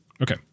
okay